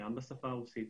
גם בשפה הרוסית.